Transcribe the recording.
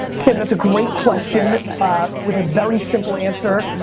tim, that's a great question um with a very simple answer,